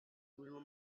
viral